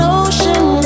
ocean